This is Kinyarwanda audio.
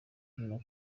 nyuma